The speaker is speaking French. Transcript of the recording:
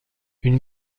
une